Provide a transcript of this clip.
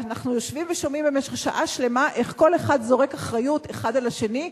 ואנחנו יושבים ושומעים במשך שעה שלמה איך כל אחד זורק אחריות על השני,